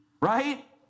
right